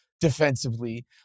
defensively